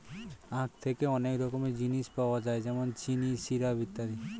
আঁখ থেকে অনেক রকমের জিনিস পাওয়া যায় যেমন চিনি, সিরাপ, ইত্যাদি